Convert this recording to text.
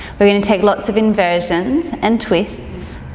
we're going to take lots of inversions and twists,